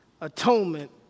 atonement